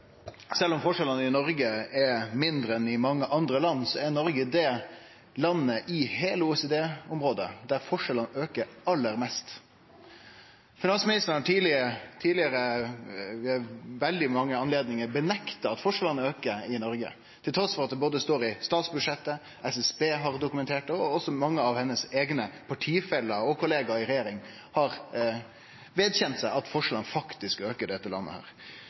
mindre enn i mange andre land, er Noreg det landet i heile OECD-området der forskjellane aukar aller mest. Finansministeren har tidlegare ved mange anledningar nekta for at forskjellane aukar i Noreg – trass i både at det står i statsbudsjettet, at SSB har dokumentert det, og at mange av hennar eigne partifeller og kollegaer i regjeringa har vedkjent seg at forskjellane faktisk aukar i dette landet.